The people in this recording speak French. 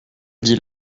dit